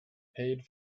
paid